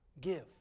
Give